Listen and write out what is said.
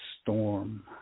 storm